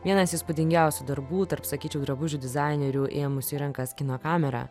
vienas įspūdingiausių darbų tarp sakyčiau drabužių dizainerių ėmusių į rankas kino kamerą